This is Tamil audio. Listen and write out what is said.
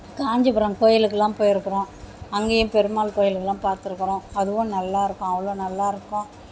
காஞ்சிபுரம் கோயிலுக்கெல்லாம் போயிருக்கிறோம் அங்கேயும் பெருமாள் கோவில் எல்லாம் பாத்திருக்குறோம் அதுவும் நல்லாயிருக்கும் அவ்வளோ நல்லாயிருக்கும்